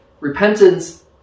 Repentance